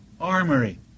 armory